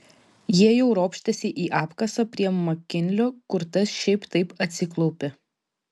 jie jau ropštėsi į apkasą prie makinlio kur tas šiaip taip atsiklaupė